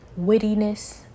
wittiness